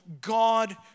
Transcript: God